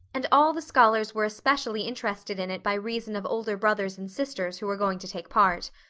and all the scholars were especially interested in it by reason of older brothers and sisters who were going to take part.